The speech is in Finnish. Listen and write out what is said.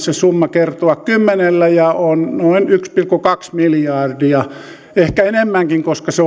se summa voidaan kertoa kymmenellä ja on noin yksi pilkku kaksi miljardia ehkä enemmänkin koska se